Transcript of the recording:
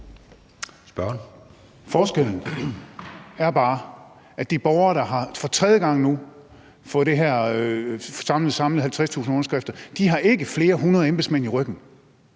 Forskellen er bare, at de borgere, der nu for tredje gang har fået samlet 50.000 underskrifter, ikke har flere hundrede embedsmænd i ryggen.